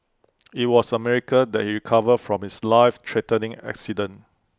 IT was A miracle that he recovered from his life threatening accident